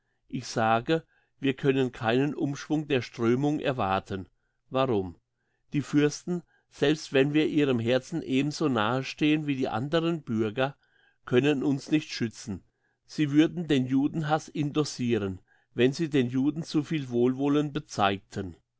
ich sage wir können keinen umschwung der strömung erwarten warum die fürsten selbst wenn wir ihrem herzen ebenso nahe stehen wie die anderen bürger können uns nicht schützen sie würden den judenhass indossiren wenn sie den juden zuviel wohlwollen bezeigten